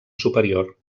superior